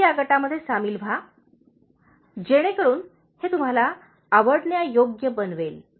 तर या गटामध्ये सामील व्हा जेणेकरून हे तुम्हाला आवडण्यायोग्य बनवेल